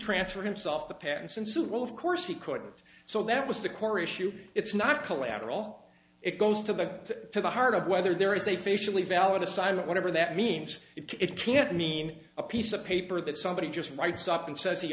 transfer himself the patents and so well of course he couldn't so that was the core issue it's not collateral it goes to the to the heart of whether there is a facially valid assignment whatever that means it can't mean a piece of paper that somebody just writes up and says he